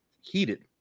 heated